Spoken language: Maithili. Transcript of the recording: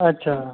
अच्छा